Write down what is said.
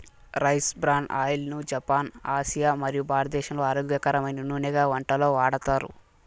rice bran oil ను Japan, Asia మరియు భారతదేశంలో ఆరోగ్యకరమైన నూనెగా వంటలలో వాడతారు